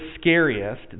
scariest